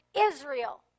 Israel